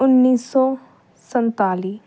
ਉੱਨੀ ਸੌ ਸੰਤਾਲੀ